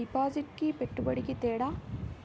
డిపాజిట్కి పెట్టుబడికి తేడా?